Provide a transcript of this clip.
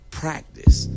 practice